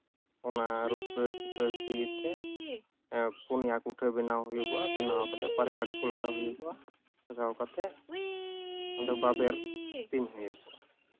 ᱚᱱᱟ ᱨᱩᱠᱟᱹ ᱯᱳᱱᱭᱟ ᱠᱚᱴᱷᱮ ᱵᱮᱱᱟᱣ ᱦᱩᱭᱩᱜᱚᱜᱼᱟ ᱵᱮᱱᱟᱣ ᱠᱟᱛᱮᱫ ᱯᱟᱨᱭᱟᱲᱤ ᱠᱚ ᱵᱮᱱᱟᱣ ᱦᱩᱭᱩᱜᱚᱜᱼᱟ ᱞᱟᱜᱟᱣ ᱠᱟᱛᱮᱫ ᱟᱫᱚ ᱵᱟᱵᱮᱨ ᱛᱮᱧ ᱦᱩᱭᱩᱜᱼᱟ